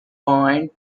point